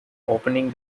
opening